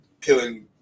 killing